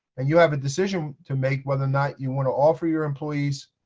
and you have a decision to make whether or not you want to offer your employees